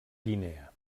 guinea